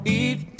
eat